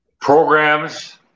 programs